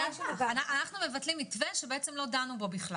אנחנו מבטלים מתווה שלא דנו בו בכלל.